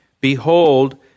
Behold